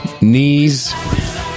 knees